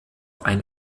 ein